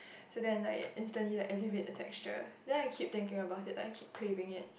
so then like instantly like as if it's the texture then I keep thinking about it like I keep craving it